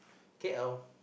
K_L